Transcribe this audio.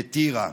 מטירה.